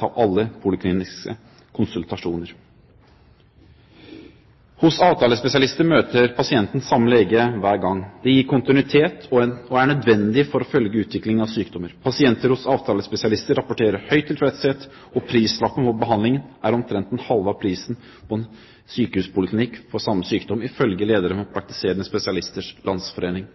av alle polikliniske konsultasjoner. Hos avtalespesialistene møter pasienten samme lege hver gang. Det gir kontinuitet og er nødvendig for å følge utviklingen av sykdommer. Pasienter hos avtalespesialistene rapporterer høy tilfredshet, og prislappen på behandlingen er omtrent det halve av prisen på en sykehuspoliklinikk for samme sykdom, ifølge lederen for Praktiserende Spesialisters Landsforening.